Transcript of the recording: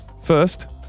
first